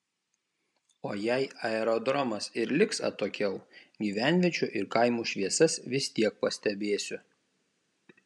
o jei aerodromas ir liks atokiau gyvenviečių ir kaimų šviesas vis tiek pastebėsiu